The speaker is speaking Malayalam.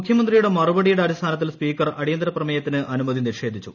മുഖ്യമന്ത്രിയുടെ മറുപടിയുടെ അടിസ്ഥാനത്തിൽ സ്പീക്കർ അടിയന്തരപ്രമേയത്തിന് അനുമതി നിഷേധിച്ചു